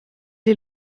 est